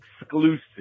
exclusive